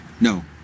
No